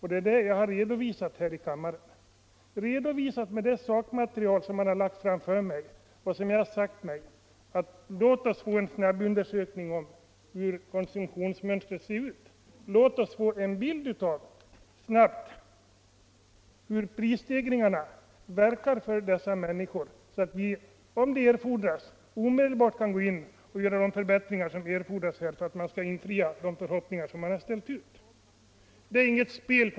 Detta är vad jag har redovisat i kammaren med det sakmaterial som har lagts fram av mig och som gjort att jag sagt: Låt oss få en snabbundersökning som visar hur konsumtionsmönstret ser ut! Låt oss snabbt få en bild av hur prisstegringarna verkar för dessa människor, så att vi, om det erfordras, omedelbart kan gå in och göra de förbättringar som man har ställt i utsikt. Detta är inget spel.